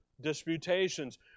disputations